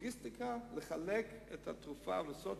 לוגיסטיקה לחלק את התרופה, לעשות